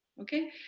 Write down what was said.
Okay